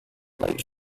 late